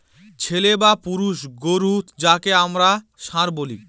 ছেলে বা পুরুষ গোরু যাকে আমরা ষাঁড় বলি